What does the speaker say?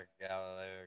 Galileo